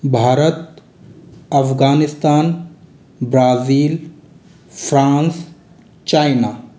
Bharat Afghanistan Brazil France China